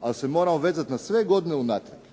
ali se moramo vezat na sve godine unatrag.